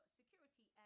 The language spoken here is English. security